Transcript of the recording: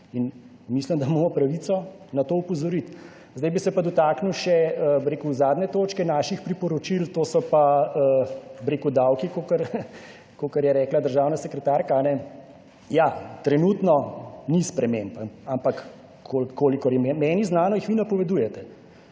mislim, da imamo pravico na to opozoriti. Zdaj bi se pa dotaknil še zadnje točke naših priporočil, to so pa, bi rekel, davki, kakor je rekla državna sekretarka. Ja, trenutno ni sprememb, ampak kolikor jim je meni znano, jih vi napovedujete.